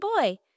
boy